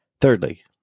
Thirdly